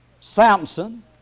Samson